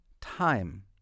time